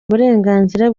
uburenganzira